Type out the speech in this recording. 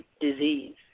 disease